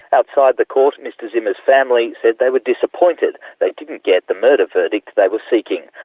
outside the court mr zimmer's family said they were disappointed they didn't get the murder verdict they were seeking.